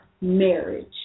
marriage